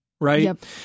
right